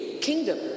kingdom